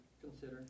Consider